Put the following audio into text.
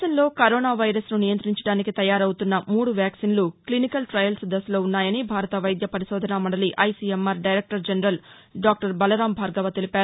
దేశంలో corona virus ను నియంతించడానికి తయారవుతున్న మూడు వ్యాక్సిన్లు క్లినికల్ టయల్స్ దశలో ఉన్నాయని భారత వైద్య పరిశోధనా మండలి ICMR director general doctor Balram Bhargava తెలిపారు